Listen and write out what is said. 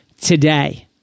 today